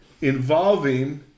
involving